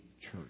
Church